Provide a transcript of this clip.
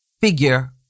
figure